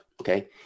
okay